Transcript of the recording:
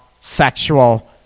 sexual